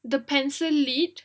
the pencil lead